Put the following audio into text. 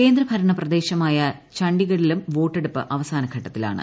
കേന്ദ്രഭരണ പ്രദേശമായ ഛണ്ഡിഗഡിലും വോട്ടെടുപ്പ് അവസാനഘട്ടത്തിലാണ്